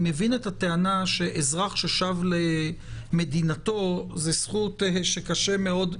אני מבין את הטענה שאזרח ששב למדינתו זאת זכות שקשה למנוע.